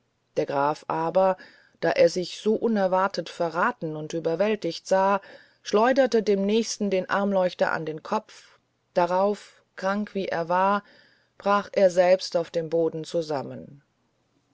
der graf aber da er sich so unerwartet verraten und überwältigt sah schleuderte dem nächsten den armleuchter an den kopf darauf krank wie er war brach er selbst auf dem boden zusammen